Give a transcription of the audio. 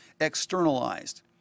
externalized